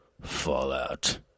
Fallout